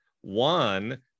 One